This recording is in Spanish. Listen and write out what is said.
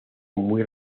muy